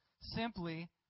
simply